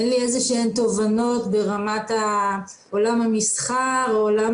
אין לי איזה שהן תובנות ברמת עולם המסחר או עולם